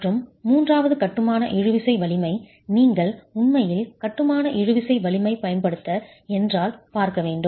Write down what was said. மற்றும் மூன்றாவது கட்டுமான இழுவிசை வலிமை நீங்கள் உண்மையில் கட்டுமான இழுவிசை வலிமை பயன்படுத்த என்றால் பார்க்க வேண்டும்